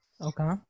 Okay